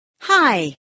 Hi